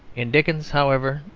in dickens, however,